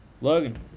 Logan